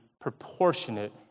proportionate